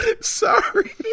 Sorry